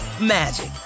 magic